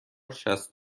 شصت